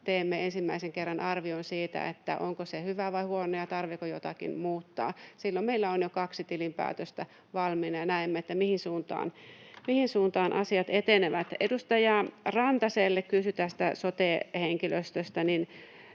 teemme ensimmäisen kerran arvion siitä, onko se hyvä vai huono ja tarvitseeko jotakin muuttaa. Silloin meillä on jo kaksi tilinpäätöstä valmiina ja näemme, mihin suuntaan asiat etenevät. Edustaja Rantanen kysyi tästä sote-henkilöstöstä,